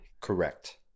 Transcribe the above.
correct